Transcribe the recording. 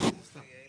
הגעתי